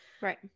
Right